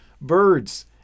birds